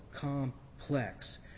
complex